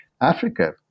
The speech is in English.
Africa